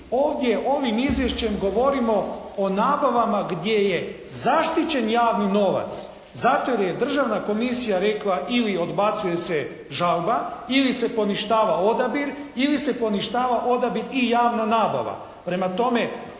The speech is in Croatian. ovdje ovim izvješćem govorimo o nabavama gdje je zaštićen javni novac zato jer je državna komisija rekla ili odbacuje se žalba ili se poništava odabir ili se poništava odabir i javna nabava.